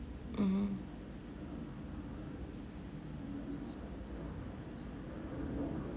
mmhmm